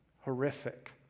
horrific